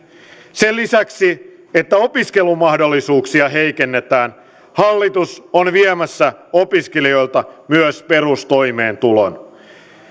sen lisäksi että opiskelumahdollisuuksia heikennetään hallitus on viemässä opiskelijoilta myös perustoimeentulon